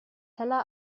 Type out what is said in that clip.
heller